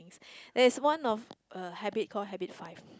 there's one of a habit call habit five